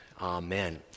Amen